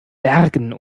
bergen